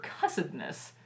cussedness